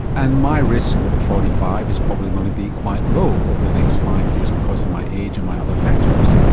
and my risk at forty five is probably going to be quite low over the next five years because of my age and my other factors.